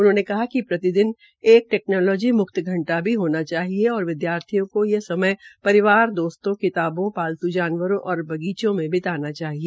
उन्होंने कहा कि प्रतिदिन एक टेकनोलजी म्क्त घंटा भी होना चाहिए और विद्यार्थियें को यह समय परिवार दोस्तो किताबों पालतू जानवरें और बगीजें में बीतना चाहिए